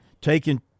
taken